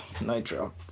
Nitro